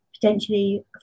potentially